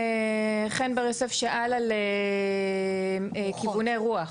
חן בר יוסף שאל על כיווני רוח,